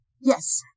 Yes